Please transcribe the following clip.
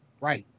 Right